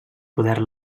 poder